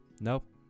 Nope